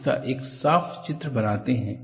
आप इसका एक साफ चित्र बनाते हैं